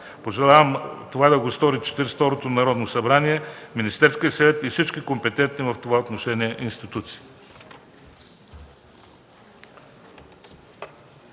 Пожелавам това да го стори Четиридесет и второто Народно събрание, Министерският съвет и всички компетентни в това отношение институции.